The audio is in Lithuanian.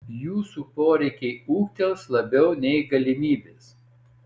jūsų poreikiai ūgtels labiau nei galimybės